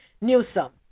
Newsom